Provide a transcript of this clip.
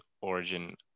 origin